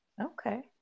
Okay